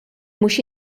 mhux